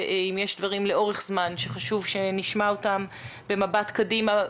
ואם יש דברים לאורך זמן שחשוב שנשמע אותם במבט קדימה.